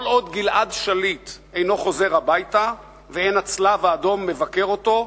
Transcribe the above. כל עוד גלעד שליט אינו חוזר הביתה ואין הצלב-האדום מבקר אותו,